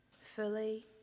fully